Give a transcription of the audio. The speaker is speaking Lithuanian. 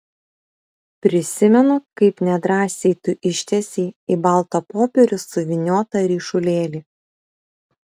prisimenu kaip nedrąsiai tu ištiesei į baltą popierių suvyniotą ryšulėlį